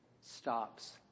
stops